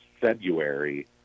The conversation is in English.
February